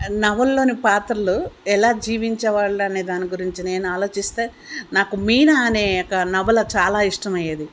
నవలలోని పాత్రలు ఎలా జీవించే వాళ్లు అని దాని గురించి నేను ఆలోచిస్తే నాకు మీన అనే యొక్క నవల చాలా ఇష్టం అయ్యేది